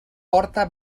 porta